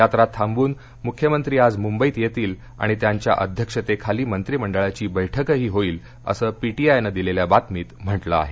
यात्रा थांबवून मुख्यमंत्री आज मुंबईत येतील आणि त्यांच्या अध्यक्षतेखाली मंत्रिमंडळाची बैठकही होईल असं पीीीआयनं दिलेल्या बातमीत म्हा मिं आहे